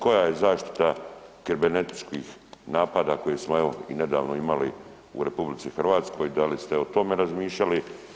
Koja je zaštita kibernetičkih napada koje smo evo i nedavno imali u RH, da li ste o tome razmišljali?